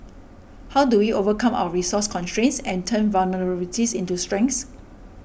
how do we overcome our resource constraints and turn vulnerabilities into strengths